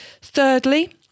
Thirdly